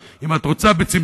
ואתם תמיד אומרים: ערב חג הפסח,